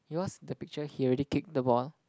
he was the picture he already kicked the ball